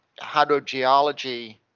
hydrogeology